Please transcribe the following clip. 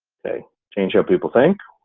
thing? change how people think